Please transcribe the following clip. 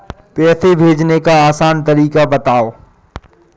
पैसे भेजने का आसान तरीका बताए?